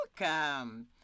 Welcome